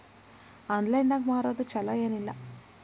Online ನಾಗ್ ಮಾರೋದು ಛಲೋ ಏನ್ ಇಲ್ಲ?